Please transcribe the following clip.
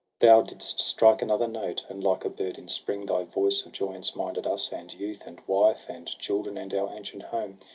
thou didst strike another note, and, like a bird in spring. thy voice of joyance minded us, and youth. and wife, and children, and our ancient home.